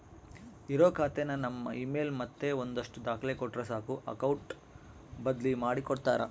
ಇರೋ ಖಾತೆನ ನಮ್ ಇಮೇಲ್ ಮತ್ತೆ ಒಂದಷ್ಟು ದಾಖಲೆ ಕೊಟ್ರೆ ಸಾಕು ಅಕೌಟ್ ಬದ್ಲಿ ಮಾಡಿ ಕೊಡ್ತಾರ